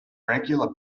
regular